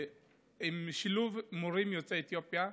שילוב מורים יוצאי אתיופיה,